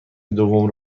دوم